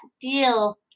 deal